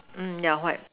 mm yeah white